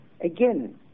again